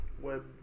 web